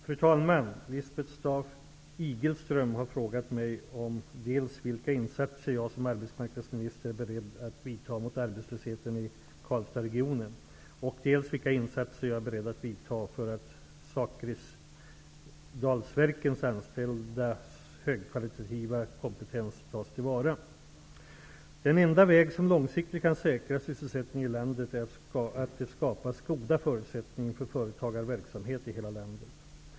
Fru talman! Lisbeth Staaf-Igelström har frågat mig om dels vilka insatser jag som arbetsmarknadsminister är beredd att vidta mot arbetslösheten i Karlstadsregionen, dels vilka insatser jag är beredd att vidta för att Zakrisdalsverkens anställdas högkvalitativa kompetens tas till vara. Den enda vägen som långsiktigt kan säkra sysselsättningen i landet är att det skapas goda förutsättningar för företagarverksamhet i hela landet.